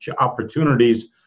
opportunities